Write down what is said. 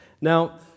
now